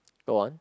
go on